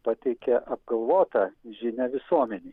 pateikia apgalvotą žinią visuomenei